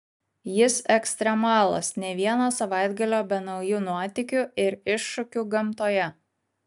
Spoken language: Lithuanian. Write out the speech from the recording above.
jis ekstremalas nė vieno savaitgalio be naujų nuotykių ir iššūkių gamtoje